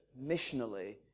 missionally